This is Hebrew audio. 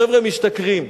חבר'ה משתכרים.